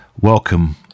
Welcome